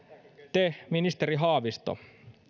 te ministeri haavisto